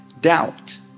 doubt